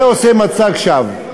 זה עושה מצג שווא,